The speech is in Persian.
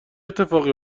اتفاقی